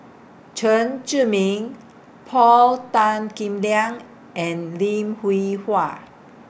Chen Zhiming Paul Tan Kim Liang and Lim Hwee Hua